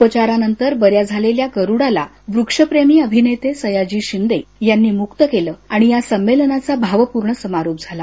उपचारानंतर बऱ्याझालेल्या गरुडाला वृक्षप्रेमी अभिनेते सयाजी शिंदे यांनी मुक्त केलं आणि यासंमेलनाचा भावपूर्ण समारोप झाला